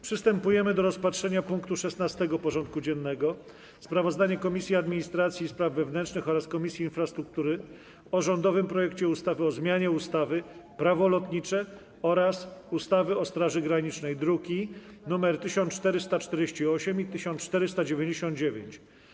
Przystępujemy do rozpatrzenia punktu 16. porządku dziennego: Sprawozdanie Komisji Administracji i Spraw Wewnętrznych oraz Komisji Infrastruktury o rządowym projekcie ustawy o zmianie ustawy - Prawo lotnicze oraz ustawy o Straży Granicznej (druki nr 1448 i 1499)